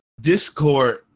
Discord